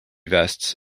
vests